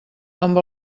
amb